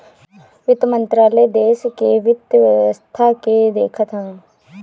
वित्त मंत्रालय देस के वित्त व्यवस्था के देखत हवे